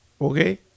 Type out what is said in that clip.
Okay